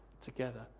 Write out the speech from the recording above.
together